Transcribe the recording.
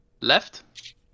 left